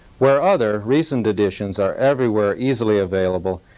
where other, recent editions are everywhere easily available,